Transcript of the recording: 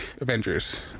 Avengers